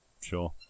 Sure